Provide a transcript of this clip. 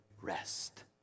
rest